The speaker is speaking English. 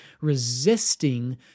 Resisting